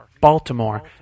Baltimore